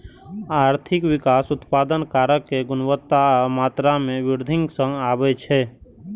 आर्थिक विकास उत्पादन कारक के गुणवत्ता आ मात्रा मे वृद्धि सं आबै छै